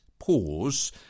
pause